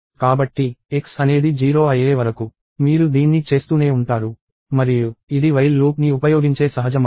కాబట్టి x అనేది 0 అయ్యే వరకు మీరు దీన్ని చేస్తూనే ఉంటారు మరియు ఇది while లూప్ని ఉపయోగించే సహజ మార్గం